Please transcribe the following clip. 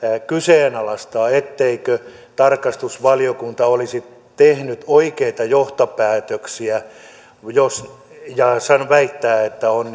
kyseenalaistaa etteikö tarkastusvaliokunta olisi tehnyt oikeita johtopäätöksiä ja väittää että on